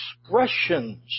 Expressions